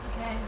Okay